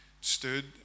stood